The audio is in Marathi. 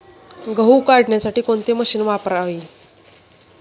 गहू काढण्यासाठी कोणते मशीन वापरावे?